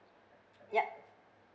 yup